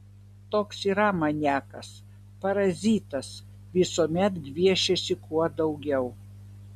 toks yra maniakas parazitas visuomet gviešiasi kuo daugiau